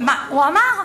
מה הוא אמר?